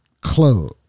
club